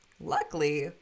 luckily